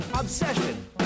obsession